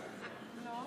ראשונה,